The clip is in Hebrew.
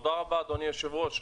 תודה רבה, אדוני היושב-ראש.